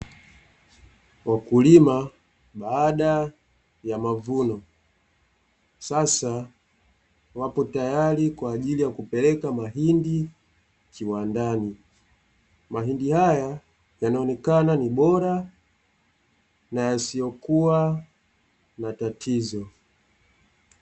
Wakulima baada ya mavuno, sasa wapo tayari kwa ajili ya kupeleka mahindi kiwandani. Mahindi haya yanaonekana ni bora na yasiokua na tatizo.